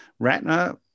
Ratner